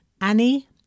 annie